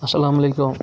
اَسلام علیکُم